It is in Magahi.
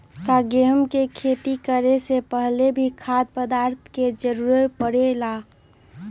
का गेहूं के खेती करे से पहले भी खाद्य पदार्थ के जरूरी परे ले?